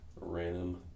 random